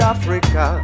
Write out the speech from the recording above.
Africa